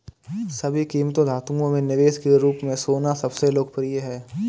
सभी कीमती धातुओं में निवेश के रूप में सोना सबसे लोकप्रिय है